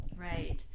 Right